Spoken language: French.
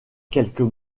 quelques